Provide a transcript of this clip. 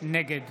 נגד